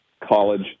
college